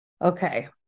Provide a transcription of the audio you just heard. okay